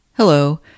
Hello